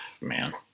man